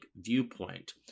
viewpoint